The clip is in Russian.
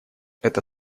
это